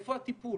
איפה הטיפול?